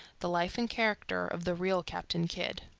the life and character of the real captain kidd.